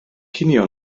cinio